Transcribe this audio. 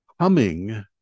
humming